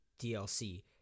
DLC